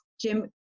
Jim